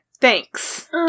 Thanks